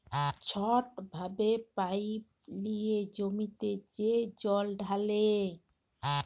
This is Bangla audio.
ছট ভাবে পাইপ লিঁয়ে জমিতে যে জল ঢালে